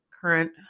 current